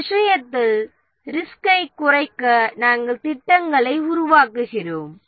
இந்த விஷயத்தில் ரிஸ்கை குறைக்க நாம் திட்டங்களை உருவாக்குகிறோம்